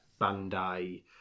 Bandai